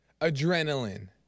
adrenaline